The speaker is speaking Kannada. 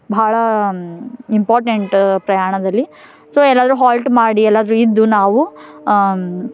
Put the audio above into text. ಭಾಳ ಇಂಪಾರ್ಟೆಂಟ್ ಪ್ರಯಾಣದಲ್ಲಿ ಸೊ ಎಲ್ಲಾದರೂ ಹಾಲ್ಟ್ ಮಾಡಿ ಎಲ್ಲಾದರೂ ಇದ್ದು ನಾವು ಆಂ